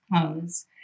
clothes